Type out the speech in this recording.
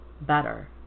better